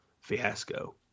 fiasco